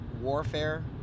warfare